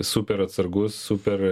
super atsargus super